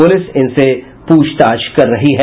police इनसे पूछताछ कर रही है